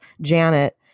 Janet